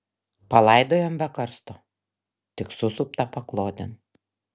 palaidojom be karsto tik susuptą paklodėn